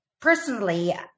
Personally